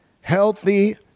healthy